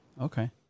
Okay